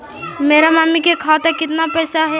मेरा मामी के खाता में कितना पैसा हेउ?